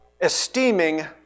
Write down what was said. esteeming